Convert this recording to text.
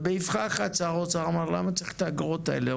ובאבחה אחת שר האוצר אמר למה צריך את האגרות האלו?